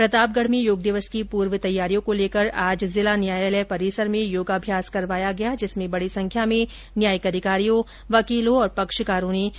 प्रतापगढ़ में योग दिवस की पूर्व तैयारियों को लेकर आज जिला न्यायालय परिसर में योगाभ्यास करवाया गया जिसमें बड़ी संख्या में न्यायिक अधिकारियों वकीलों और पक्षकारों ने योगाभ्यास किया